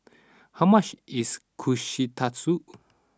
how much is Kushikatsu